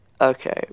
Okay